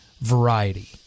variety